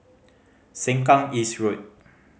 Sengkang East Road